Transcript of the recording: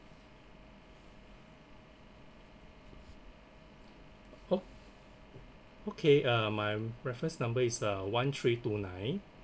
ok~ okay uh my reference number is uh one three two nine